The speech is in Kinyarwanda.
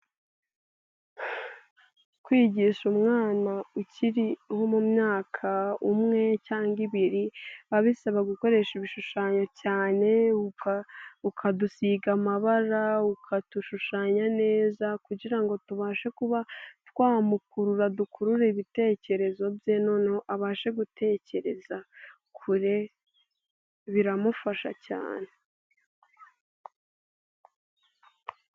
Kwigisha umwana ukiri wo mu mwaka umwe cyangwa ibiri biba bisaba gukoresha ibishushanyo cyane ukadusiga amabara, ukadushushanya neza kugira ngo tubashe kuba twamukurura dukurure ibitekerezo bye noneho abashe gutekereza kure, biramufasha cyane.